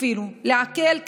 אפילו לעכל,